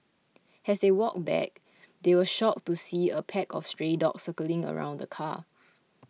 as they walked back they were shocked to see a pack of stray dogs circling around the car